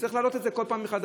צריך להעלות את זה כל פעם מחדש.